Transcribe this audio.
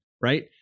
right